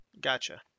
Gotcha